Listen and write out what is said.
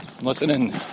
listening